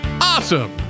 Awesome